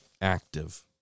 active